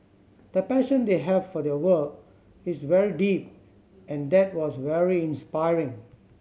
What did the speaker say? the passion they have for their work is very deep and that was very inspiring